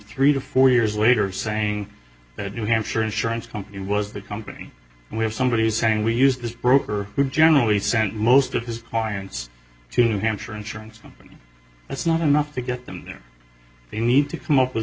three to four years later saying that a new hampshire insurance company was the company where somebody is saying we use this broker who generally sent most of his clients to new hampshire insurance companies that's not enough to get them there they need to come up with